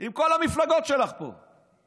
עם כל המפלגות שלך פה.